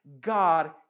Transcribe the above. God